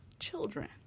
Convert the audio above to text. children